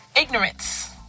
ignorance